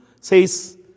says